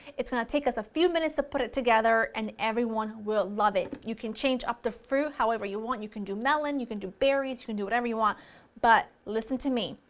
it's going to take us a few minutes to put it together, and everyone will love it, you can change up the fruit however you want, you can do melon, you can do berries, you can do whatever you want but listen to me,